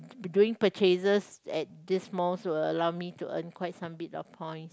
be doing purchases these malls will allow me to earn quite some bit of points